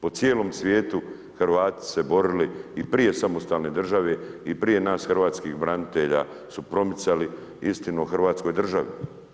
Po cijelom svijetu Hrvati se borili i prije samostalne države i prije nas hrvatskih branitelji su promicali istinu o hrvatskoj državi.